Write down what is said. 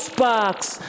Sparks